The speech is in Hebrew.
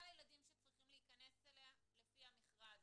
הילדים שצריכים להיכנס אליה לפי המכרז.